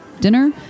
Dinner